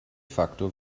facto